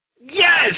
Yes